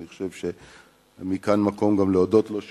ואני חושב שכאן המקום גם להודות לו על